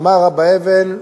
אמר אבא אבן: